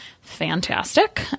fantastic